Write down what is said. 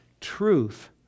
Truth